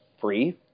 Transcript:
free